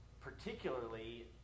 Particularly